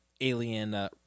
alien